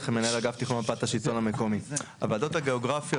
הוועדות הגיאוגרפיות,